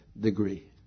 degree